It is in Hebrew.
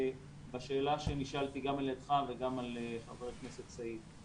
בשאלה שנשאלתי גם על ידך וגם על ידי חבר הכנסת סעיד.